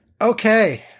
Okay